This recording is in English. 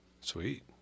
Sweet